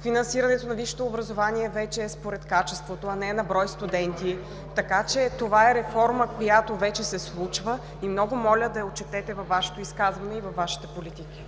Финансирането на висшето образование вече е според качеството, а не на брой студенти, така че това е реформа, която вече се случва и много моля да я отчетете във Вашето изказване и във Вашите политики.